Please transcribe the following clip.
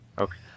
Okay